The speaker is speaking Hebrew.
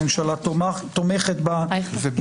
הממשלה תומכת בה.